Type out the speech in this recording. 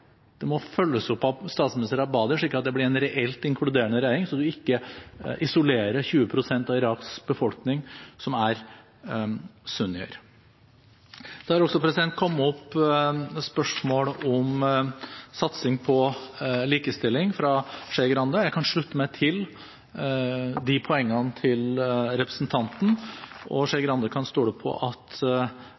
det må følges opp av statsminister al-Abadi, slik at det blir en reelt inkluderende regjering, så en ikke isolerer 20 pst. av Iraks befolkning, som er sunnier. Det har også kommet opp spørsmål fra representanten Skei Grande om satsing på likestilling. Jeg kan slutte meg til poengene til representanten, og Skei Grande kan stole på at